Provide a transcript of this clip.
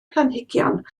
planhigion